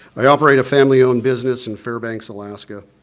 i operate a family-owned business in fairbanks, alaska.